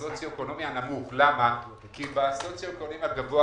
בסוציו אקונומי הנמוך כי בסוציו אקונומי הגבוה,